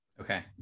Okay